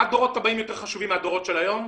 מה הדורות הבאים יותר חשובים מהדורות של היום?